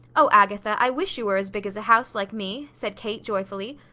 oh, agatha, i wish you were as big as a house like me, said kate, joyfully.